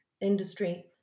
industry